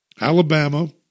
Alabama